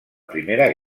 primera